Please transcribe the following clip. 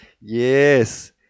Yes